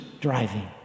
driving